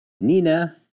Nina